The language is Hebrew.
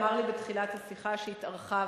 הוא אמר לי בתחילת השיחה, שהתארכה.